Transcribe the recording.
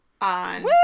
on